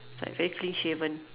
sides actually shaven